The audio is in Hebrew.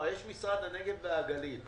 הרי יש את משרד הנגב והגליל.